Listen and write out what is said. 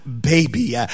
baby